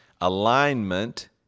Alignment